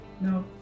No